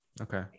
Okay